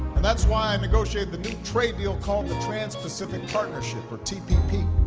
and that's why i negotiated the new trade deal called the trans-pacific partnership, or tpp.